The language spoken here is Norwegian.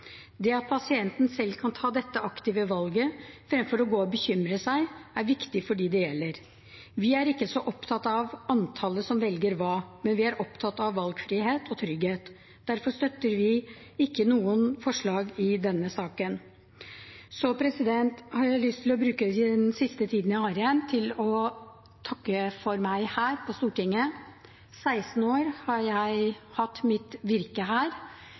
Det at pasienten selv kan ta dette aktive valget, fremfor å gå og bekymre seg, er viktig for dem det gjelder. Vi er ikke så opptatt av antallet som velger hva, men vi er opptatt av valgfrihet og trygghet. Derfor støtter vi ikke noen forslag i denne saken. Så har jeg lyst til å bruke den siste tiden til å takke for meg her på Stortinget – i 16 år har jeg hatt mitt virke her.